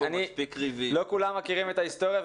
לא כולם מכירים את ההיסטוריה,